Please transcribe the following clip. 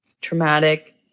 traumatic